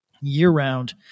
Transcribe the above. year-round